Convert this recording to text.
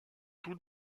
tous